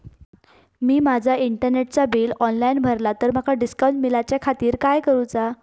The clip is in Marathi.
मी माजा इंटरनेटचा बिल ऑनलाइन भरला तर माका डिस्काउंट मिलाच्या खातीर काय करुचा?